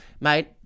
Mate